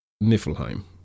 Niflheim